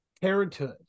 parenthood